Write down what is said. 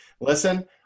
listen